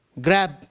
grab